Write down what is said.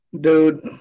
Dude